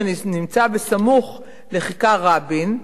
שנמצא סמוך לכיכר-רבין,